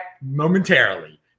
momentarily